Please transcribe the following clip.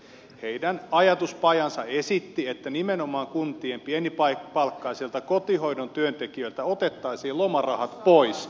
heidän ajatuspajansa esitti että nimenomaan kuntien pienipalkkaisilta kotihoidon työntekijöiltä otettaisiin lomarahat pois